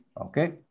Okay